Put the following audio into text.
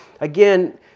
again